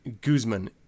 Guzman